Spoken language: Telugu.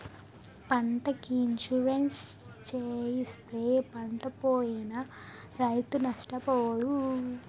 పంటకి ఇన్సూరెన్సు చేయిస్తే పంటపోయినా రైతు నష్టపోడు